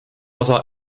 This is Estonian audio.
osa